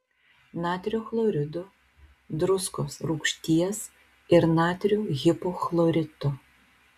natrio chlorido druskos rūgšties ir natrio hipochlorito